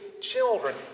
children